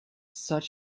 such